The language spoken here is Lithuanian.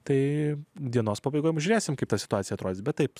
tai dienos pabaigoje apžiūrėsime kitą situaciją atrodys bet taip